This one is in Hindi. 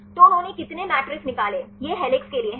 तो उन्होंने कितने मैट्रिक्स निकाले यह हेलिक्स के लिए है